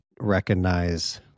recognize